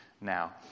Now